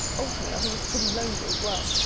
ultimately, i think it's pretty lonely as well.